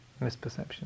misperception